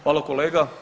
Hvala kolega.